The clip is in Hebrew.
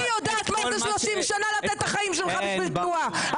אני יודעת מה זה 30 שנה לתת את החיים שלך בשביל תנועה.